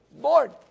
Bored